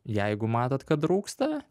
jeigu matot kad rūksta